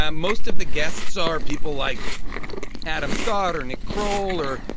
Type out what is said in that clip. um most of the guests are people like adam scott or nick croll or,